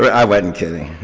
i wasn't kidding.